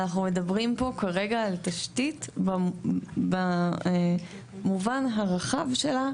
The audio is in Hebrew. אנחנו מדברים פה כרגע על תשתית במובן הרחב שלה,